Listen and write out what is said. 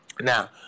Now